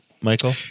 Michael